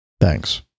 Thanks